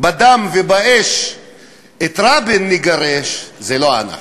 "בדם ובאש את רבין נגרש", זה לא אנחנו.